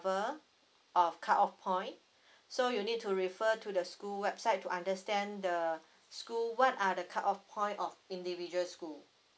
of cut off point so you need to refer to the school website to understand the school what are the cut off point of individual school